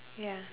ya